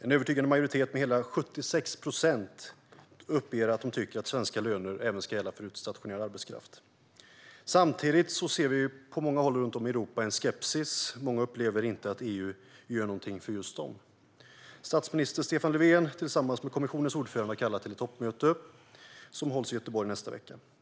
En övertygande majoritet av hela 76 procent uppger att de tycker att svenska löner även ska gälla för utstationerad arbetskraft. Samtidigt ser vi på många håll i Europa en skepsis: Många upplever inte att EU gör något för just dem. Statsminister Löfven har tillsammans med kommissionens ordförande kallat till ett toppmöte, som hålls i Göteborg nästa vecka.